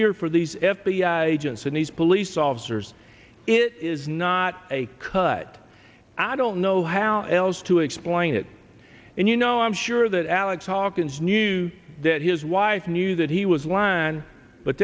year for these f b i agents and these police officers it is not a cut i don't know how else to explain it and you know i'm sure that as hawkins knew that his wife knew that he was line but